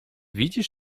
widzisz